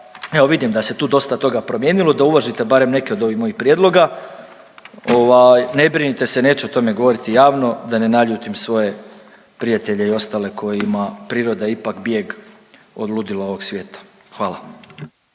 evo vidim da se tu dosta toga promijenilo, da uvažite barem neke od ovih mojih prijedloga. Ovaj, ne brinite se neću o tome govoriti javno da ne naljutim svoje prijatelje i ostale kojima je priroda ipak bijeg od ludila ovog svijeta. Hvala.